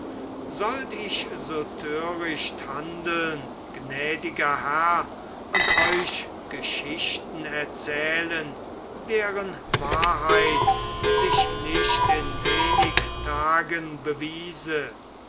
sollt ich so töricht handeln gnädiger herr und euch geschichten erzählen deren wahrheit sich nicht in wenig tagen bewiese